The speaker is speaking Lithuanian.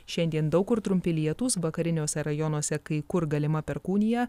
šiandien daug kur trumpi lietūs vakariniuose rajonuose kai kur galima perkūnija